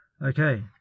Okay